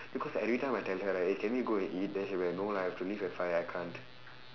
because every time I tell her right eh can we go and eat then she'll be like no lah I have to leave at five I can't